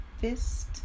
fist